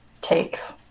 takes